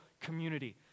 community